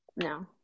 No